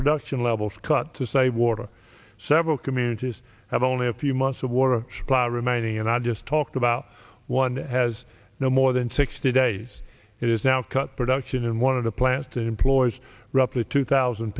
production levels cut to save water several communities have only a few months of water supply remaining and i just talked about one has no more than sixty days is now cut production and one of the plants to employ roughly two thousand